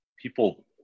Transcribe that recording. people